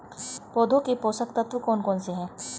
पौधों के पोषक तत्व कौन कौन से हैं?